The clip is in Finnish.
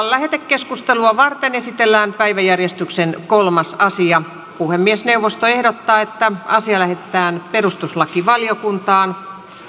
lähetekeskustelua varten esitellään päiväjärjestyksen kolmas asia puhemiesneuvosto ehdottaa että asia lähetetään perustuslakivaliokuntaan